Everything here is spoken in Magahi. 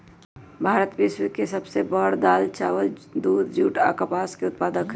भारत विश्व के सब से बड़ दाल, चावल, दूध, जुट आ कपास के उत्पादक हई